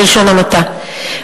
בלשון המעטה.